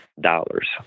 dollars